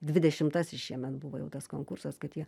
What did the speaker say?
dvidešimtasis šiemet buvo jau tas konkursas kad jie